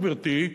גברתי,